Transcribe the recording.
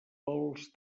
pels